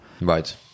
Right